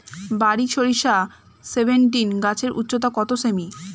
বারি সরিষা সেভেনটিন গাছের উচ্চতা কত সেমি?